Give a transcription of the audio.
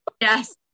Yes